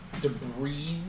debris